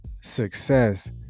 Success